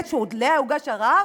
שעליה הוגש ערר?